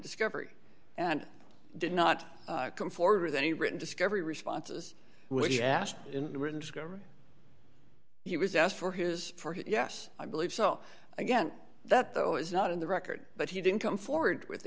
discovery and did not come forward with any written discovery responses which asked discovery he was asked for his yes i believe so again that though is not in the record but he didn't come forward with